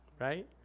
right